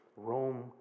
Rome